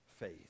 faith